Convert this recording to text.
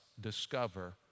discover